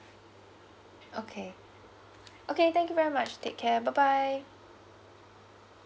okay okay thank you very much take care bye bye